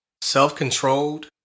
self-controlled